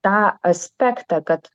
tą aspektą kad